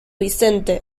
vicente